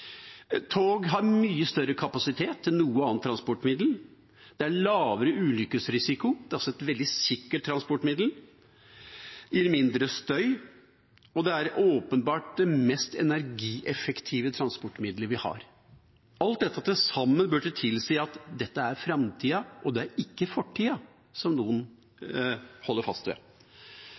Tog har mye større kapasitet enn noe annet transportmiddel. Det er lavere ulykkesrisiko – det er altså et veldig sikkert transportmiddel. Det gir mindre støy. Det er det åpenbart mest energieffektive transportmiddelet vi har. Alt dette til sammen burde tilsi at dette er framtida, det er ikke fortida, som noen holder fast ved.